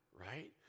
right